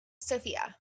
Sophia